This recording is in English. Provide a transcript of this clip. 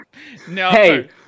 Hey